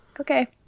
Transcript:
okay